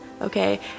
okay